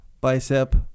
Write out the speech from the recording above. bicep